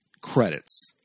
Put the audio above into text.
credits